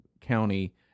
County